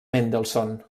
mendelssohn